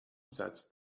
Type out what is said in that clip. sets